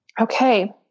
Okay